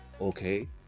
Okay